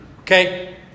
Okay